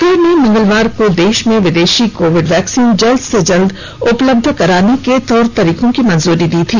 सरकार ने मंगलवार को देश में विदेशी कोविड वैक्सीन जल्द से जल्द उपलब्ध कराने के तौर तरीकों की मंजूरी दी थी